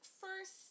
first